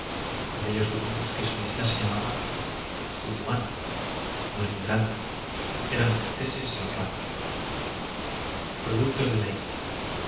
por ellos supimos que su isla se llamaba zuluán no es muy grande eran corteses y honrados productos de la isla